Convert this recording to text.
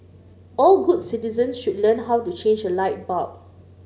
all good citizens should learn how to change a light bulb